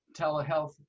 telehealth